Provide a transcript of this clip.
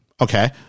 Okay